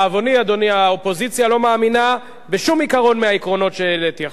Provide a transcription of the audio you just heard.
האופוזיציה לא מאמינה בשום עיקרון מהעקרונות שהעליתי עכשיו.